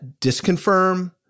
disconfirm